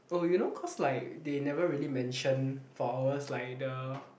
oh you know cause like they never really mention for ours like the